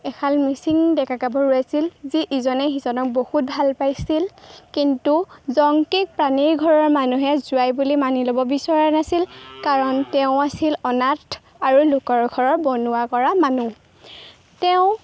এহাল মিচিং ডেকা গাভৰু আছিল যি ইজনে সিজনক বহুত ভাল পাইছিল কিন্তু জংকিক পানিৰ ঘৰৰ মানুহে যোৱাই বুলি মানি ল'ব বিচৰা নাছিল কাৰণ তেওঁ আছিল অনাথ আৰু লোকৰ ঘৰৰ বনোৱা কৰা মানুহ তেওঁ